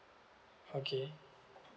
okay